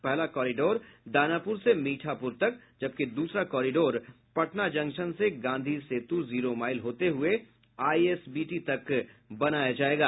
पहला कोरिडोर दानापुर से मीठापुर तक जबकि दूसरा कोरिडोर पटना जंक्शन से गांधी सेतू जीरो मोईल होते हुए आईएसबीटी तक होगा